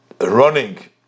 running